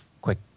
quick